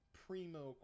primo